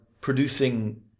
producing